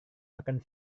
makan